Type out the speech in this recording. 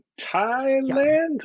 Thailand